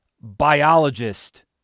biologist